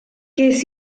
ges